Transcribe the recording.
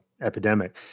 epidemic